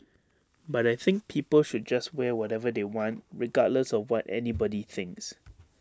but I think people should just wear whatever they want regardless of what anybody thinks